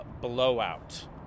blowout